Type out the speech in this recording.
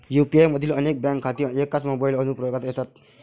UPI मधील अनेक bank खाती एकाच मोबाइल अनुप्रयोगात येतात